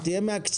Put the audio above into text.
אז תהיה מהקצרים.